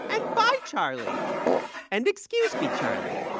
and bye, charlie and excuse me, charlie